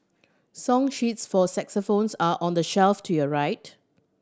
song sheets for xylophones are on the shelf to your right